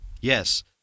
Yes